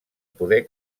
poder